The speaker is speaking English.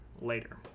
Later